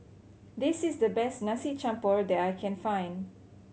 this is the best Nasi Campur that I can find